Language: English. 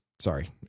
sorry